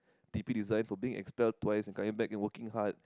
T_P design for being expelled twice and coming back and working hard